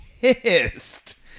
pissed